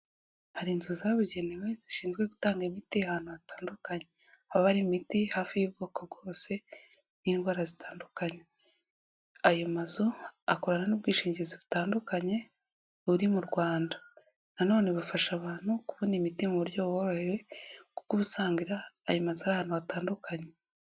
Hari inzu zabugenewe zishinzwe gutanga imiti ahantu hatandukanye. Haba hari imiti hafi y'ubwoko bwose bw'indwara zitandukanye. Ayo mazu akorana n'ubwishingizi butandukanye buri mu Rwanda. Nanone bafasha abantu kubona imiti mu buryo buroheye, kuko uba usanga ayo mazu ari ahnatu hatandukanye.